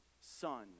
son